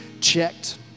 checked